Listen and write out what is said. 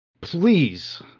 please